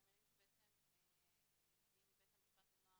אבל הם ילדים שמגיעים מבית המשפט לנוער